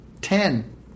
Ten